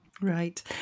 Right